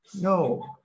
No